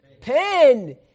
Pen